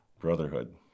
brotherhood